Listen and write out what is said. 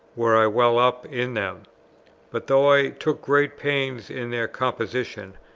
were i well up in them but though i took great pains in their composition,